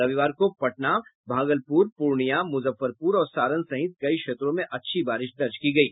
रविवार को पटना भागलपुर पूर्णियां मुजफ्फरपुर और सारण सहित कई क्षेत्रों में अच्छी बारिश दर्ज की गयी